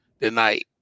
tonight